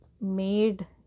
made